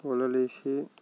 వలలు వేసి